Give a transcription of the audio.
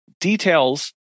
details